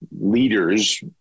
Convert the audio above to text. leaders